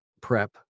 prep